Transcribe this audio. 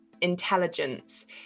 intelligence